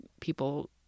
people